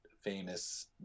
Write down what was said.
famous